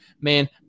man